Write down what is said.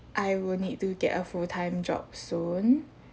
I will need to get a full time job soon